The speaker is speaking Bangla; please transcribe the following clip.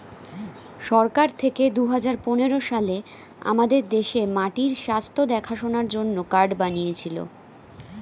সরকার থেকে দুহাজার পনেরো সালে আমাদের দেশে মাটির স্বাস্থ্য দেখাশোনার জন্যে কার্ড বানিয়েছিলো